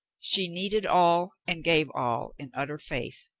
she needed all and gave all in utter faith,